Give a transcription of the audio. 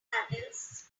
handles